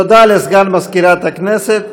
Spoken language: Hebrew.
תודה לסגן מזכירת הכנסת.